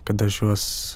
kad aš juos